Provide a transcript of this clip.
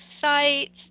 sites